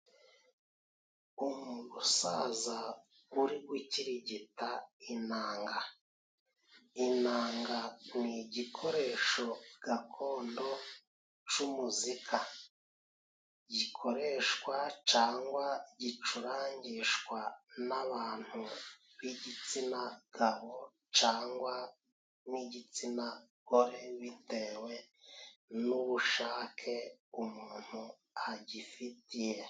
Umusaza uri gukirigita inanga. Inanga ni igikoresho gakondo c'umuzika, gikoreshwa cangwa gicurangishwa n'abantu b'igitsina gabo cangwa n'igitsinagore bitewe n'ubushake umuntu agifitiye.